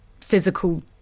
physical